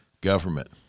government